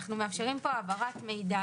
אנחנו מאפשרים פה העברת מידע